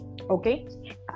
okay